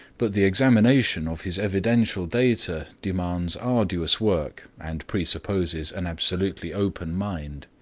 but the examination of his evidential data demands arduous work and presupposes an absolutely open mind.